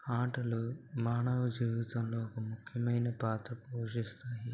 ఆటలు మానవ జీవితంలో ఒక ముఖ్యమైన పాత్ర పోషిస్తాయి